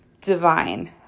divine